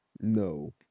no